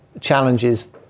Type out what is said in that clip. challenges